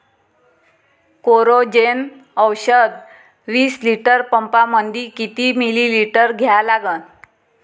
Coragen औषध विस litre पंपामंदी किती मिलीमिटर घ्या लागन?